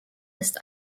ist